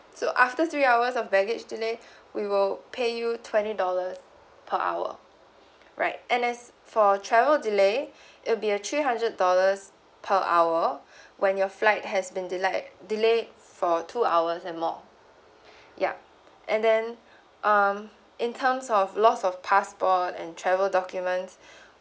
so after three hours of baggage delay we will pay you twenty dollars per hour right and there's for travel delay it will be a three hundred dollars per hour when your flight has been delayed delayed for two hours and more yup and then um in terms of loss of passport and travel documents